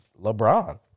LeBron